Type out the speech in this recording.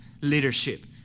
leadership